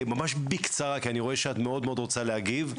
ממש בקצרה כי אני רואה שאת מאוד מאוד רוצה להגיב,